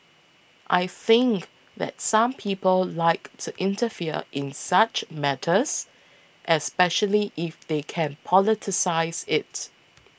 I think that some people like to interfere in such matters especially if they can politicise it